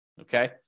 Okay